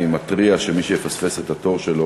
אני מתריע שמי שיפספס את התור שלו